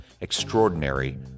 extraordinary